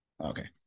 Okay